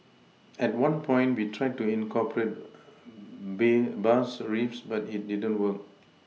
at one point we tried to incorporate bass riffs but it didn't work